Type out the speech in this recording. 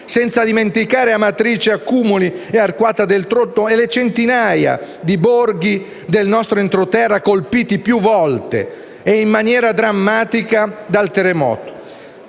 senza dimenticare Amatrice, Accumuli, Arquata del Tronto e le centinaia di borghi del nostro entroterra colpiti più volte e in maniera drammatica dal terremoto.